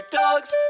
dogs